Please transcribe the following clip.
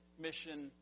mission